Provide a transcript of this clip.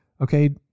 Okay